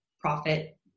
profit